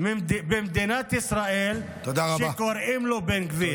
במדינת ישראל שקוראים לו בן גביר.